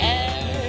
air